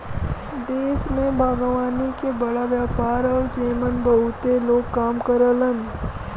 देश में बागवानी के बड़ा व्यापार हौ जेमन बहुते लोग काम करलन